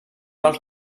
del